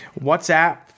whatsapp